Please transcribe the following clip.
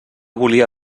volia